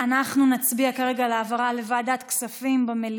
אנחנו נצביע כרגע במליאה על העברה לוועדת הכספים.